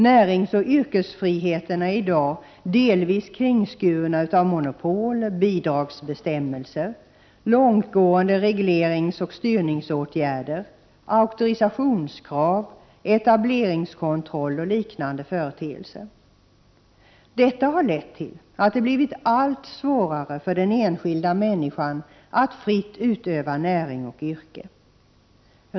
Näringsoch yrkesfriheterna är i dag delvis kringskurna av monopol, bidragsbestämmelser, långtgående regleringsoch styrningsåtgärder, auktorisationskrav, etableringskontroll och liknande företeelser. Detta har lett till att det blivit allt svårare för den enskilda människan att fritt utöva näring och yrke.